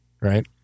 right